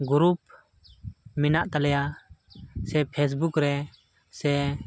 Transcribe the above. group ᱢᱮᱱᱟᱜ ᱛᱟᱞᱮᱭᱟ ᱥᱮ ᱯᱷᱮᱥᱵᱩᱠ ᱨᱮ ᱥᱮ